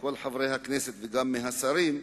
מכל חברי הכנסת וגם מהשרים,